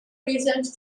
research